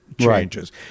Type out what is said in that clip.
changes